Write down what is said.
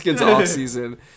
offseason